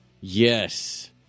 Yes